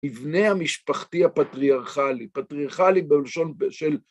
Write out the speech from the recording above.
מבנה המשפחתי הפטריארכלי, פטריארכלי בלשון של...